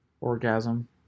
orgasm